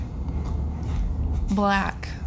Black